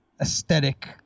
aesthetic